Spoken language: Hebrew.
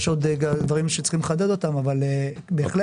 יש עוד דברים שצריך לחדד אותם אבל בהחלט,